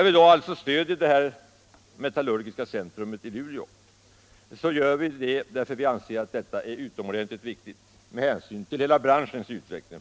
Vi stöder detta metallurgiska centrum i Luleå för det första därför att vi anser det utomordentligt viktigt med hänsyn till hela branschens utveckling.